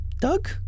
Doug